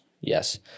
yes